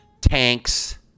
tanks